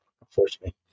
unfortunately